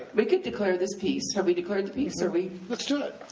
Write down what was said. we could declare this peace. have we declared the peace, are we let's do it.